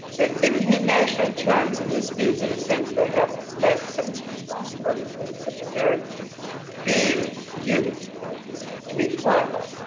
they're thinking in national terms and this means in a sense they have less sense of responsibility because it's such a very big unit to be part of.